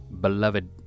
beloved